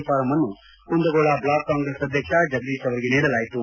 form ಅನ್ನು Kundgol block Congress ಅಧ್ಯಕ್ಷ ಜಗದೀತ್ ಅವರಿಗೆ ನೀಡಲಾಯಿತು